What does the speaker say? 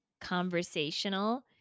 conversational